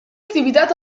activitat